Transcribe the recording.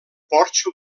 porxo